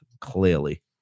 clearly